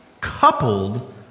coupled